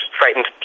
frightened